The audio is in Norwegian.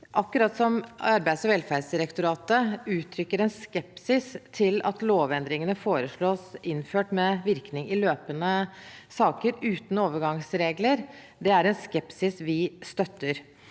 saken. Arbeidsog velferdsdirektoratet uttrykker skepsis til at lovendringene foreslås innført med virkning i løpende saker uten overgangsregler, og det er en skepsis vi støtter.